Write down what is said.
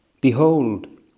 Behold